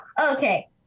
okay